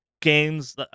games